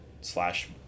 slash